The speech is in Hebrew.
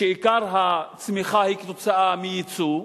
שעיקר הצמיחה היא כתוצאה מייצוא,